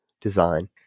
design